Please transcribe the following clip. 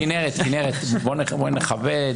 כנרת, בואי נכבד.